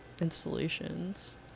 installations